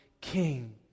king